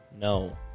No